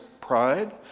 pride